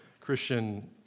Christian